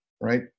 right